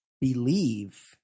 believe